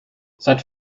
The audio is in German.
seit